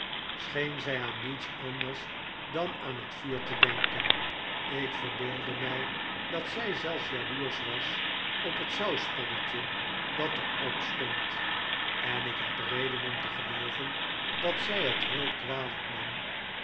scheen zij aan niets anders dan aan het vuur te denken ik verbeeldde mij dat zij zelfs jaloersch was op het sauspannetje dat er op stond en ik heb reden om te gelooven dat zij het heel kwalijk nam